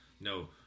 no